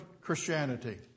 Christianity